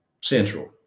Central